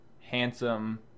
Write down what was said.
handsome